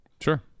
Sure